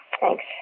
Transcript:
Thanks